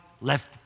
left